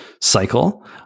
cycle